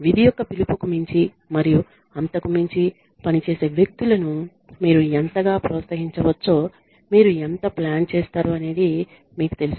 విధి యొక్క పిలుపుకు మించి మరియు అంతకు మించి పనిచేసే వ్యక్తులను మీరు ఎంతగా ప్రోత్సహించవచ్చో మీరు ఎంత ప్లాన్ చేస్తారు అనేది మీకు తెలుసు